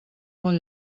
molt